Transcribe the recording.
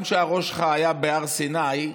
גם כשהראש שלך היה בהר סיני,